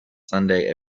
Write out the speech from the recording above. sunday